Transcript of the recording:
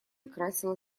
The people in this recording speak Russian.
красила